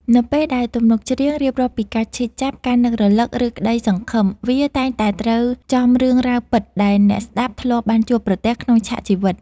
នៅពេលដែលទំនុកច្រៀងរៀបរាប់ពីការឈឺចាប់ ការនឹករលឹក ឬក្ដីសង្ឃឹម វាតែងតែត្រូវចំរឿងរ៉ាវពិតដែលអ្នកស្ដាប់ធ្លាប់បានជួបប្រទះក្នុងឆាកជីវិត